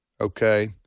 Okay